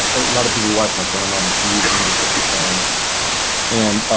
a lot of people watched my channel know i'm a huge fan and